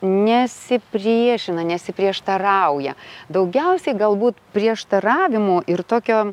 nesipriešina nesiprieštarauja daugiausiai galbūt prieštaravimų ir tokio